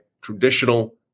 traditional